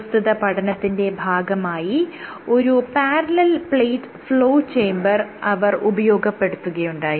പ്രസ്തുത പഠനത്തിന്റെ ഭാഗമായി ഒരു പാരലൽ പ്ലേറ്റ് ഫ്ലോ ചേമ്പർ അവർ ഉപയോഗപ്പെടുത്തുകയുണ്ടായി